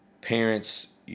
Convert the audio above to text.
parents